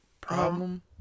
Problem